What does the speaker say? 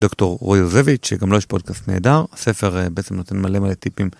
דוקטור רוי יוזביץ' שגם לו יש פודקאסט נהדר, הספר בעצם נותן מלא מלא טיפים.